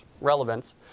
relevance